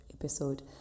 episode